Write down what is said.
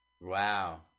Wow